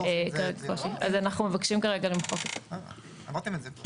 כבר אמרתם את זה.